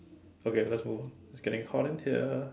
okay let's move on I getting hot in here